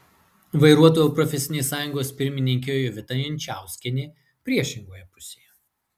vairuotojų profesinė sąjungos pirmininkė jovita jančauskienė priešingoje pusėje